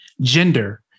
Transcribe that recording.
gender